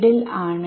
എന്നത് ഇവിടെ ആണ്